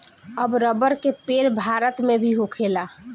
अब रबर के पेड़ भारत मे भी होखेला